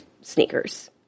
sneakers